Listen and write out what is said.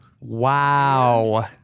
Wow